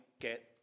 get